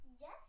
Yes